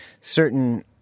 certain